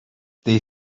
they